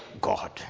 God